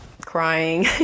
crying